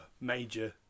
major